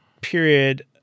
period